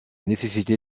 nécessité